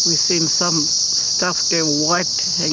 seen some stuff there, white